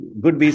good